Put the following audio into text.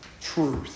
truth